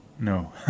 No